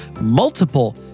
multiple